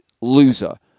loser